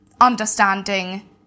understanding